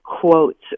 quotes